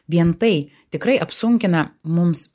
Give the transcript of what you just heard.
vien tai tikrai apsunkina mums